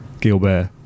Gilbert